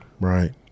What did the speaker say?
right